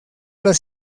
las